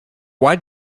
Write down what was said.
why